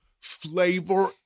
flavor